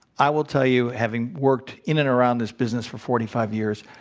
i will tell you, having worked in and around this business for forty five years,